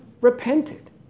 repented